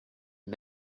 had